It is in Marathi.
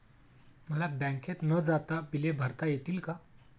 मला बँकेत न जाता बिले भरता येतील का?